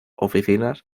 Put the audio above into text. oficinas